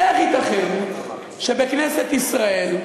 איך ייתכן שבכנסת ישראל,